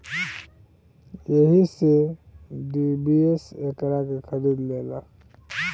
एही से डी.बी.एस एकरा के खरीद लेलस